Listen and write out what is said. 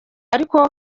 ariko